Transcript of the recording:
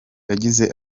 yagize